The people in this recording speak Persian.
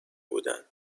بودن